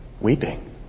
Weeping